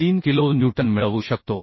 43 kilo newton मिळवू शकतो